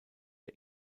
der